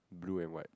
blue and white